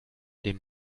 dem